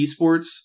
esports